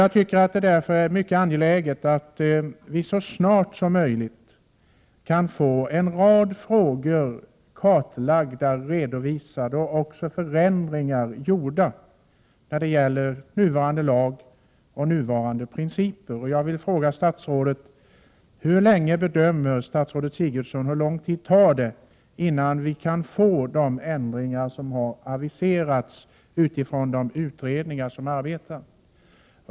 Jag tycker att det därför är mycket angeläget att vi så snart som möjligt kan få en rad frågor kartlagda och redovisade samt även att vi kan få förändringar gjorda i nu gällande lag och i nu tillämpade principer. Jag vill fråga statsrådet Sigurdsen: Hur lång tid bedömer statsrådet att det tar innan vi kan få de ändringar som har aviserats utifrån de utredningar som arbetar?